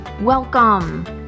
Welcome